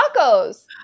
tacos